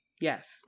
yes